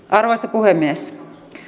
arvoisa puhemies